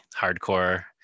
hardcore